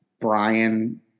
brian